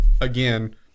again